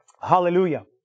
Hallelujah